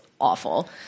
awful